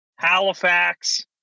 halifax